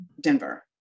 Denver